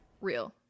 Real